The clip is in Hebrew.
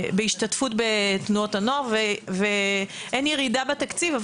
בהשתתפות בתנועות הנוער ואין ירידה בתקציב,